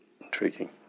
intriguing